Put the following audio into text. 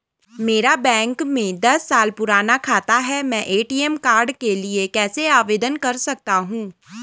मेरा बैंक में दस साल पुराना खाता है मैं ए.टी.एम कार्ड के लिए कैसे आवेदन कर सकता हूँ?